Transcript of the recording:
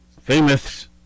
famous